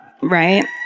Right